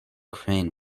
crane